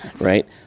right